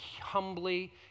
humbly